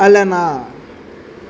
అలనా